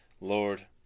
Lord